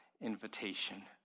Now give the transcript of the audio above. invitation